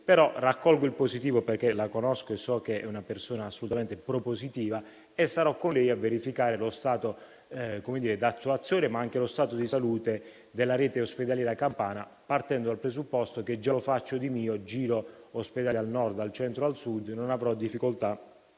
nel suo intervento, perché la conosco e so che è una persona assolutamente propositiva, e sarò con lei a verificare lo stato di attuazione, ma anche di salute della rete ospedaliera campana, partendo dal presupposto che già lo faccio di mio: giro per gli ospedali del Nord, del Centro e del Sud e non avrò difficoltà